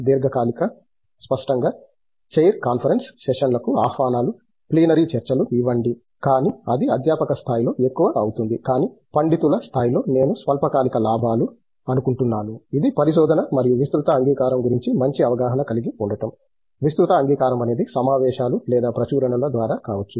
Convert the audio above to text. దీర్ఘకాలిక స్పష్టంగా chair conference సెషన్లకు ఆహ్వానాలు ప్లీనరీ చర్చలు ఇవ్వండి కానీ అది అధ్యాపక స్థాయిలో ఎక్కువగా అవుతుంది కానీ పండితుల స్థాయిలో నేను స్వల్పకాలిక లాభాలు అనుకుంటున్నాను ఇది పరిశోధన మరియు విస్తృత అంగీకారం గురించి మంచి అవగాహన కలిగి ఉండటం విస్తృత అంగీకారం అనేది సమావేశాలు లేదా ప్రచురణల ద్వారా కావచ్చు